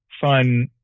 fun